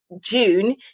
June